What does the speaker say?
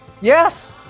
Yes